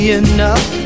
enough